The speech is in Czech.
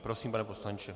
Prosím, pane poslanče.